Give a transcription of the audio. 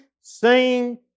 sing